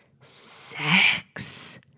sex